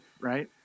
right